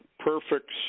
perfect